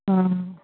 हँ